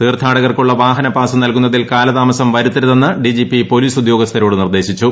തീർത്ഥാടകർക്കുള്ള വാഹന പാസ് നൽകു ന്നതിൽ കാലതാമസം വരുത്തരുതെന്ന് ഡിജിപി പോലീസ് ഉദ്യോഗസ്ഥരോട് നിർദ്ദേശിച്ചു